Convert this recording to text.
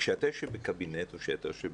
כשאתה יושב בקבינט או כשאתה יושב בממשלה,